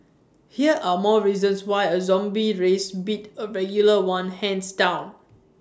here are more reasons why A zombie race beat A regular one hands down